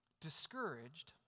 discouraged